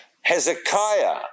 Hezekiah